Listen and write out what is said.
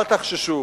אל תחששו.